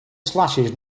slashes